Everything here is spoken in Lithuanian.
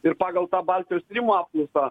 ir pagal tą baltijos tyrimų apklausą